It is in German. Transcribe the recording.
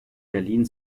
berlin